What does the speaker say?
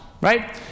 right